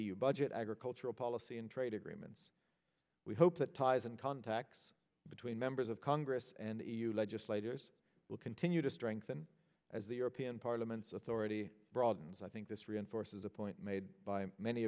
the budget agricultural policy and trade agreements we hope that ties and contacts between members of congress and the e u legislators will continue to strengthen as the european parliament's authority broadens i think this reinforces a point made by many